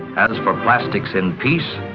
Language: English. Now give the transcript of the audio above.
as for plastics in peace,